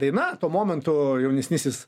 daina tuo momentu jaunesnysis